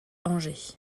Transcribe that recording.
angers